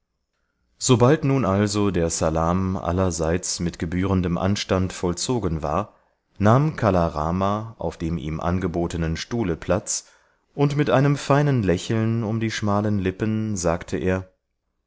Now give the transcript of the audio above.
sobald nun also der salam allerseits mit gebührendem anstand vollzogen war nahm kala rama auf dem ihm angebotenen stuhle platz und mit einem feinen lächeln um die schmalen lippen sagte er